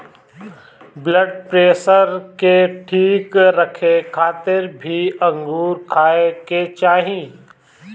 blood pressure के ठीक रखे खातिर भी अंगूर खाए के चाही